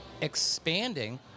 expanding